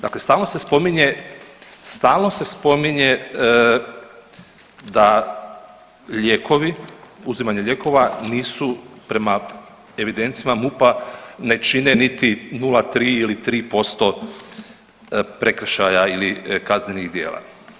Dakle stalno se spominje, stalno se spominje da lijekovi, uzimanje lijekova nisu prema evidencijama MUP-a ne čine niti 0,3 ili 3% prekršaja ili kaznenih djela.